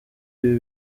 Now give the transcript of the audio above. ibi